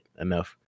enough